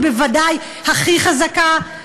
היא בוודאי הכי חזקה.